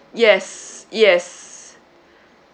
yes yes